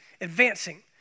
advancing